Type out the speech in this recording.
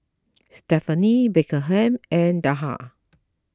Stephenie Beckham and Dahlia